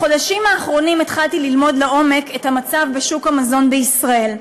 בחודשים האחרונים התחלתי ללמוד לעומק את המצב בשוק המזון בישראל.